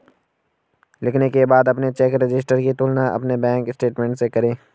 लिखने के बाद अपने चेक रजिस्टर की तुलना अपने बैंक स्टेटमेंट से करें